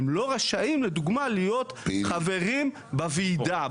הם לא רשאים לדוגמה להיות חברים בוועידה,